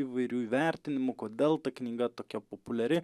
įvairių įvertinimų kodėl ta knyga tokia populiari